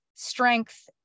strength